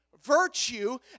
virtue